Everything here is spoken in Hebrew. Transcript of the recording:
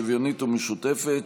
שוויונית ומשותפת,